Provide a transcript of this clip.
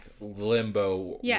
limbo